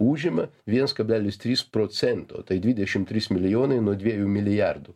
užima viens kablelis trys procento tai dvidešimt trys milijonai nuo dviejų milijardų